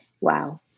Wow